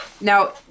Now